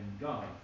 God